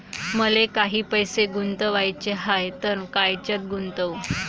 मले काही पैसे गुंतवाचे हाय तर कायच्यात गुंतवू?